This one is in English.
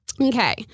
Okay